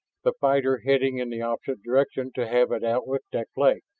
the fighter heading in the opposite direction to have it out with deklay.